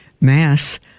Mass